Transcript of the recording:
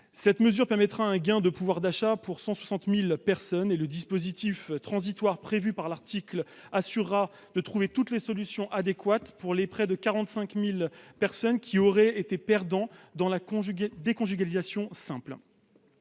Cette mesure entraînera un gain de pouvoir d'achat pour 160 000 personnes. Quant au dispositif transitoire prévu par l'article, il permettra de trouver toutes les solutions adéquates pour les quelque 45 000 personnes qui seraient perdantes avec la déconjugalisation simple.